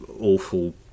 Awful